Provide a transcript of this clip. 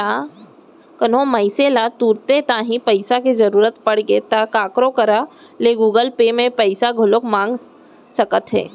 कोनो मनसे ल तुरते तांही पइसा के जरूरत परगे ता काखरो करा ले गुगल पे म पइसा घलौक मंगा सकत हे